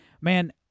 man